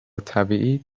طبیعی